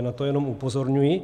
Na to jenom upozorňuji.